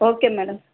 okay madam